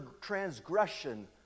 transgression